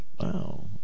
Wow